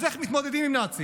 אז איך מתמודדים עם נאצים?